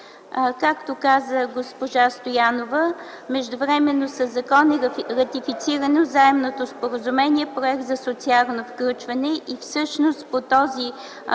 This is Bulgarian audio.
Както каза госпожа Стоянова, междувременно със закон е ратифицирано Заемното споразумение – Проект за социално включване, и всъщност по този проект